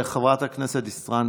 חברת הכנסת דיסטל,